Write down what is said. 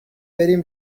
بریم